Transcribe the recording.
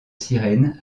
sirène